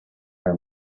her